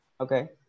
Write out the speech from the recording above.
okay